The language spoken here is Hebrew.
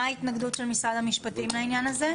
מה ההתנגדות של משרד המשפטים לעניין הזה?